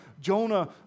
Jonah